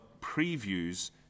previews